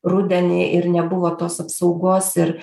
rudenį ir nebuvo tos apsaugos ir